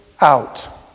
out